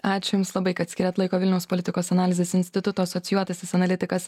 ačiū jums labai kad skyrėt laiko vilniaus politikos analizės instituto asocijuotasis analitikas